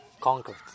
conquered